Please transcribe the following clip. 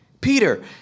Peter